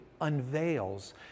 unveils